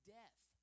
death